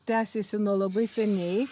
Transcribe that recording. tęsiasi nuo labai seniai